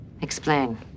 Explain